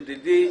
ידידי,